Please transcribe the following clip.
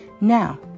Now